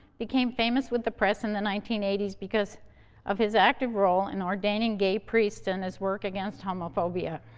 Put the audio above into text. became famous with the press in the nineteen eighty s because of his active role in ordaining gay priests, and his work against homophobia.